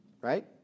Right